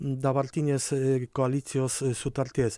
dabartinės koalicijos i sutarties